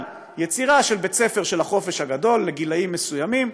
על יצירה של בית-ספר של החופש הגדול לגילאים מסוימים,